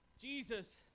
Jesus